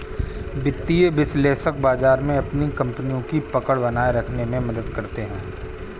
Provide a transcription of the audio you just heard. वित्तीय विश्लेषक बाजार में अपनी कपनियों की पकड़ बनाये रखने में मदद करते हैं